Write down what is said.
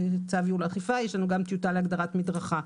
יש גם טיוטה להגדרת מדרכה.